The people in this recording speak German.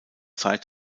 zeit